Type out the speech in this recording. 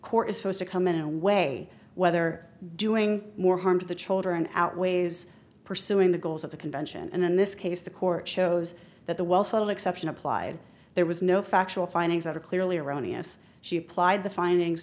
court is supposed to come in and way whether doing more harm to the children outweighs pursuing the goals of the convention and in this case the court shows that the well settled exception applied there was no factual findings that are clearly erroneous she applied the findings